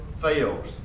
fails